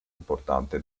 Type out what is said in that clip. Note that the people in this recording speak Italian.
importante